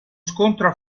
scontro